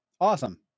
awesome